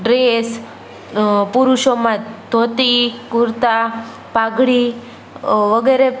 dress પુરુષોમાં ધોતી કુર્તા પાઘડી વગેરે